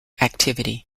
activity